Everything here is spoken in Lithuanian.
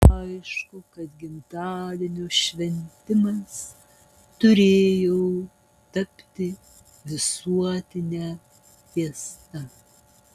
aišku kad gimtadienio šventimas turėjo tapti visuotine fiesta